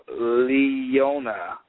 Leona